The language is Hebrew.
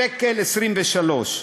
1.23,